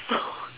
SO